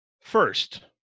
First